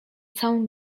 całą